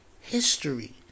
history